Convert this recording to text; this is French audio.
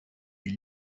est